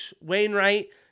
Wainwright